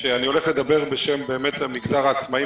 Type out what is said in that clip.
שאני הולך לדבר בשם באמת מגזר העצמאים